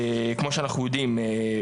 כמו שאנחנו יודעים,